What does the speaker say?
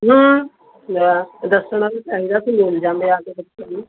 ਹੈਂ ਲੈ ਤੇ ਦੱਸਣਾ ਤਾਂ ਚਾਹੀਦਾ ਸੀ ਮਿਲ ਜਾਂਦੇ ਆ ਕੇ ਬੱਚਿਆਂ ਨੂੰ